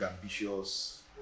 ambitious